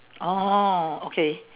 oh okay